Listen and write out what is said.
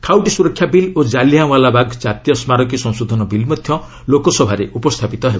ଖାଉଟି ସୁରକ୍ଷା ବିଲ୍ ଓ ଜାଲିଆଁୱାଲାବାଗ୍ ଜାତୀୟ ସ୍କାରକୀ ସଂଶୋଧନ ବିଲ୍ ମଧ୍ୟ ଲୋକସଭାରେ ଉପସ୍ଥାପିତ ହେବ